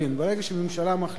ברגע שהממשלה מחליטה